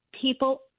People